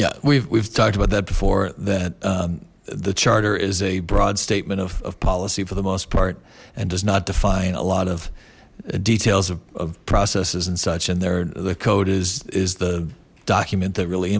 yeah we've we've talked about that before that the charter is a broad statement of policy for the most part and does not define a lot of details of processes and such and there the code is is the document that really